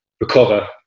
recover